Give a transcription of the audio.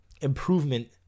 improvement